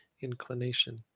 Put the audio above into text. inclination